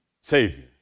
Savior